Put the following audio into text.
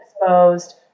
exposed